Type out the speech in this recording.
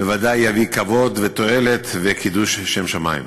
בוודאי יביא כבוד, תועלת וקידוש שם שמים.